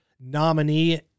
nominee